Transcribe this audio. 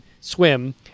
swim